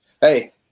Hey